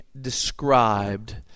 described